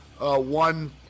one